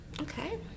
Okay